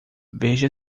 veja